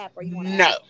No